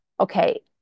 okay